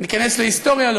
ניכנס להיסטוריה?